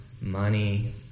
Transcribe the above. money